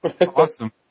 Awesome